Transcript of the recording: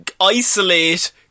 isolate